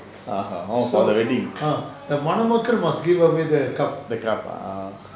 orh for the wedding the cup ah